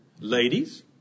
Ladies